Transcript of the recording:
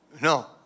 No